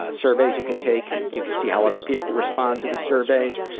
ah surveys you can take, you can see how other people respond to the surveys,